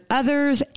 others